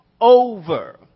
over